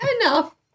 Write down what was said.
enough